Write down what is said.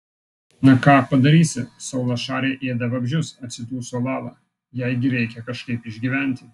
na ką padarysi saulašarė ėda vabzdžius atsiduso lala jai gi reikia kažkaip išgyventi